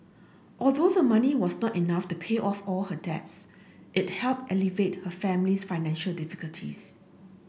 although the money was not enough to pay off all her debts it helped alleviate her family's financial difficulties